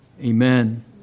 Amen